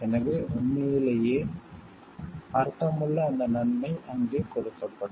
எனவே உண்மையிலேயே அர்த்தமுள்ள அந்த நன்மை அங்கே கொடுக்கப்படும்